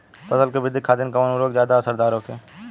फसल के वृद्धि खातिन कवन उर्वरक ज्यादा असरदार होखि?